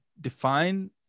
define